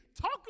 Talk